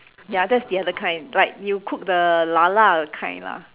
ya that's the other kind like you cook the lala the kind lah